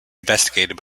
investigated